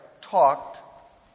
talked